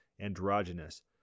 androgynous